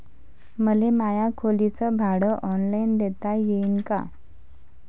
मले माया खोलीच भाड ऑनलाईन देता येईन का?